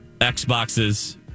Xboxes